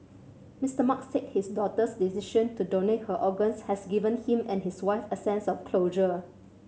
Mister Mark said his daughter's decision to donate her organs has given him and his wife a sense of closure